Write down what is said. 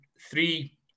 three